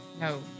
No